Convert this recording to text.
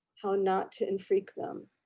how not to in freak them.